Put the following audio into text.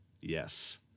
Yes